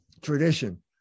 tradition